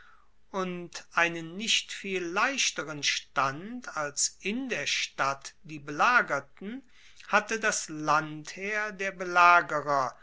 und einen nicht viel leichteren stand als in der stadt die belagerten hatte das landheer der belagerer